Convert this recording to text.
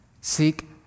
Seek